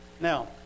Now